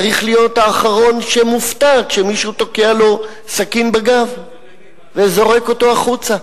צריך להיות האחרון שמופתע כשמישהו תוקע לו סכין בגב וזורק אותו החוצה.